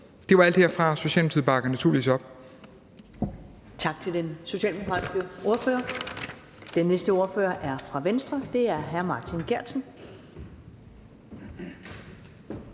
Det var alt herfra. Socialdemokratiet